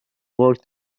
worked